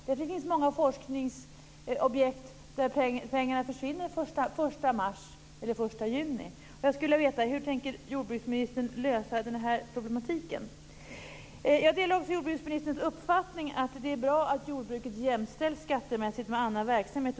Det finns många forskningsobjekt där pengarna försvinner den 1 mars eller den 1 juni. Jag delar också jordbruksministerns uppfattning att det är bra att jordbruket jämställs skattemässigt med annan verksamhet.